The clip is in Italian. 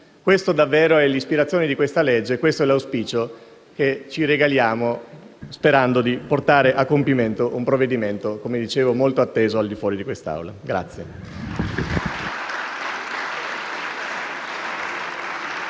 questa davvero l'ispirazione di questa legge e l'auspicio che ci regaliamo sperando di portare a compimento un provvedimento molto atteso al di fuori di questa Aula.